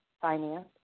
finance